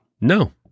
no